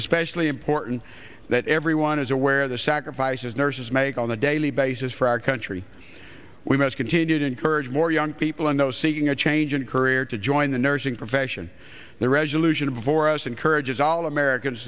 especially important that everyone is aware of the sacrifices nurses make on a daily basis for our country we must continue to encourage more young people and those seeking a change in career to join the nursing profession the resolution before us encourages all americans